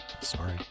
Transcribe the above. Sorry